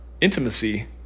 intimacy